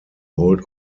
hold